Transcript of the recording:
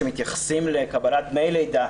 שמתייחסים לקבלת דמי לידה,